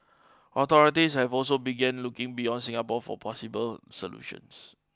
authorities have also begun looking beyond Singapore for possible solutions